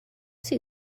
sea